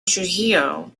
trujillo